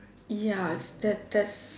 ya that's that's